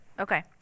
Okay